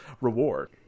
reward